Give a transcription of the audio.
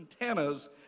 antennas